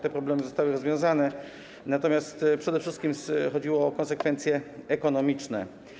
Te problemy zostały rozwiązane, natomiast przede wszystkim chodziło o konsekwencje ekonomiczne.